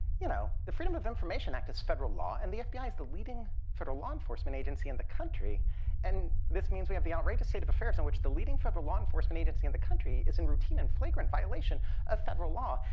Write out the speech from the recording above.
you know, the freedom of information act is federal law and the fbi is the leading federal law enforcement agency in the country and this means we have the outrageous state of affairs in which the leading federal law enforcement agency in the country is in routine in flagrant violation of federal law.